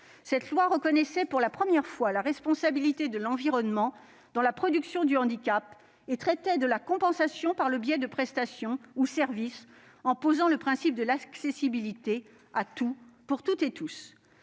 Cette loi reconnaissait pour la première fois la responsabilité de l'environnement dans la production du handicap et traitait de la compensation, par le biais de prestations ou de services, en posant le principe de l'accessibilité à tout, pour toutes et tous.